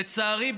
לצערי,